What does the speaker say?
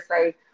say